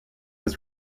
was